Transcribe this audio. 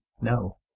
No